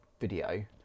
video